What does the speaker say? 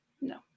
No